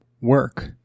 work